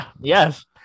Yes